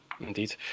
indeed